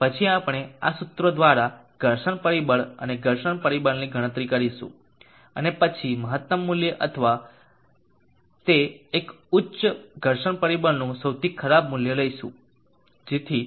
પછી આપણે આ સૂત્ર દ્વારા ઘર્ષણ પરિબળ અને ઘર્ષણ પરિબળની ગણતરી કરીશું અને પછી મહત્તમ મૂલ્ય અથવા તે એક ઉચ્ચ ઘર્ષણ પરિબળનું સૌથી ખરાબ મૂલ્ય લઈશું મૂલ્ય જેથી